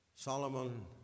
Solomon